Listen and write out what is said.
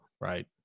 right